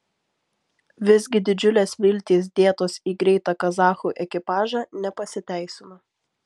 visgi didžiulės viltys dėtos į greitą kazachų ekipažą nepasiteisino